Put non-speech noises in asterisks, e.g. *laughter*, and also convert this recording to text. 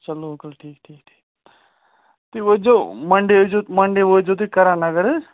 چلو *unintelligible* ٹھیٖک ٹھیٖک ٹھیٖک تُہۍ وٲتۍزیو مَنڈے ٲسۍزیو مَنڈے وٲتۍزیو تُہۍ کرَانَگَر حظ